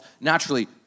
naturally